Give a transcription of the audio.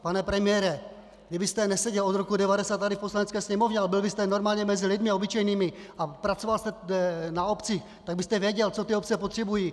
Pane premiére, kdybyste neseděl od roku 1990 tady v Poslanecké sněmovně a byl byste normálně mezi lidmi obyčejnými a pracoval jste na obci, tak byste věděl, co ty obce potřebují.